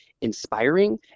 inspiring